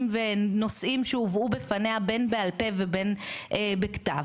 ונושאים שהובאו בפניה בין בעל פה ובין בכתב,